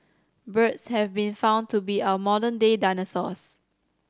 birds have been found to be our modern day dinosaurs